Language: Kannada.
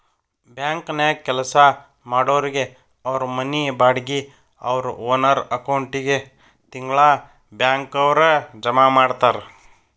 ಬ್ಯಾಂಕನ್ಯಾಗ್ ಕೆಲ್ಸಾ ಮಾಡೊರಿಗೆ ಅವ್ರ್ ಮನಿ ಬಾಡ್ಗಿ ಅವ್ರ್ ಓನರ್ ಅಕೌಂಟಿಗೆ ತಿಂಗ್ಳಾ ಬ್ಯಾಂಕ್ನವ್ರ ಜಮಾ ಮಾಡ್ತಾರ